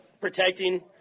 protecting